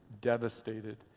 devastated